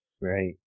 Right